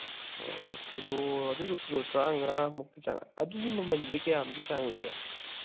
ꯑꯣ ꯀꯤꯂꯣ ꯑꯗꯨꯗꯣ ꯀꯤꯂꯣ ꯇꯔꯥꯃꯉꯥꯃꯨꯛꯀꯤ ꯆꯥꯡ ꯑꯗꯨꯗꯤ ꯃꯃꯟꯁꯦ ꯀꯌꯥꯃꯨꯛꯀꯤ ꯆꯥꯡ ꯑꯣꯏꯒꯦ